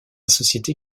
société